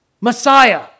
Messiah